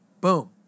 Boom